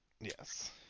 Yes